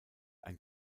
ein